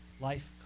Life